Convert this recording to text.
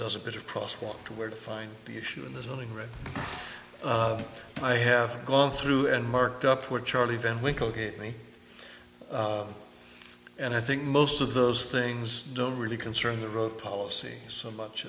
does a bit of cross walk to where to find the issue and there's only really i have gone through and marked up where charlie van winkle gave me and i think most of those things don't really concern the road policy so much